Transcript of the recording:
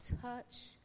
touch